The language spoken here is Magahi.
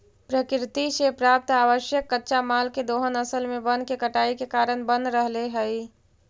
प्रकृति से प्राप्त आवश्यक कच्चा माल के दोहन असल में वन के कटाई के कारण बन रहले हई